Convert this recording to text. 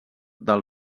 del